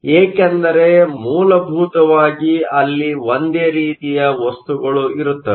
ಏಕೆಂದರೆ ಮೂಲಭೂತವಾಗಿ ಅಲ್ಲಿ ಒಂದೇ ರೀತಿಯ ವಸ್ತುಗಳು ಇರುತ್ತವೆ